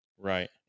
Right